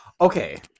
okay